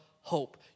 hope